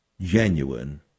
genuine